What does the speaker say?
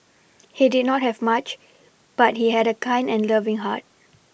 he did not have much but he had a kind and loving heart